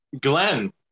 Glenn